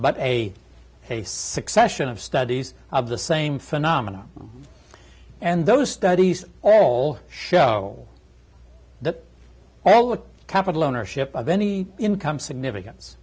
but a succession of studies of the same phenomenon and those studies all show that all the capital ownership of any income significance